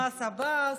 אין כבר מס עבאס,